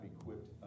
equipped